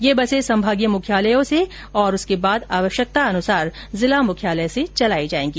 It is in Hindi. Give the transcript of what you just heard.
ये बसें संभागीय मुख्यालयों से और उसके बाद आवश्यकतानुसार जिला मुख्यालय से चलाई जायेगी